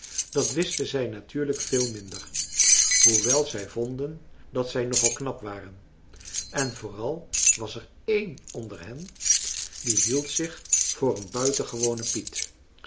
dat wisten zij natuurlijk veel minder hoewel zij vonden dat zij nog al knap waren en vooral was er één onder hen die hield zich voor een buitengewonen piet